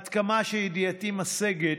עד כמה שידיעתי משגת,